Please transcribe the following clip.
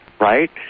right